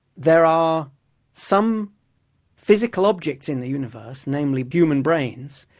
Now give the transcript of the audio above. there are some physical objects in the universe, namely human brains,